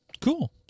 Cool